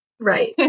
Right